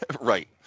Right